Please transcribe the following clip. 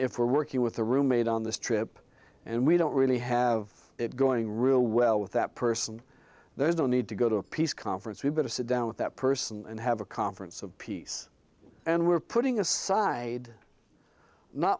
if we're working with the roommate on this trip and we don't really have it going real well with that person there's no need to go to a peace conference we've got to sit down with that person and have a conference of peace and we're putting aside not